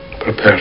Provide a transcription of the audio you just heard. Prepare